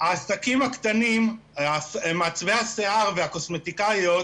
מעצבי השיער והקוסמטיקאיות